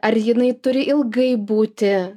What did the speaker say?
ar jinai turi ilgai būti